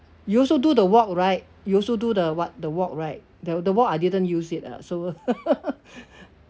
you also do the walk right you also do the what the walk right the the walk I didn't use it lah so